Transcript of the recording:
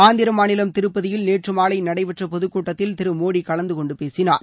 ஆந்திர மாநிலம் திருப்பதியில் நேற்று மாலை நடைபெற்ற பொதுக் கூட்டத்தில் திரு மோடி கலந்துகொண்டு பேசினார்